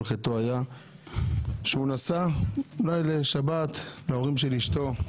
כל חטאו היה שהוא נסע לשבת להורים של אשתו.